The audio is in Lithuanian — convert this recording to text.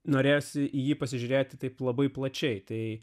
norėjosi jį pasižiūrėti taip labai plačiai tai